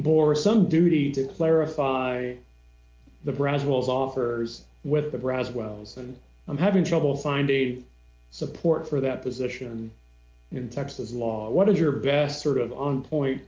bore some duty to clarify the brussels offers with the bra's wells and i'm having trouble finding support for that position in texas law what is your best sort of on point